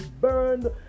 burned